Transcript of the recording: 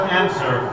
answer